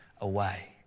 away